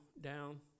down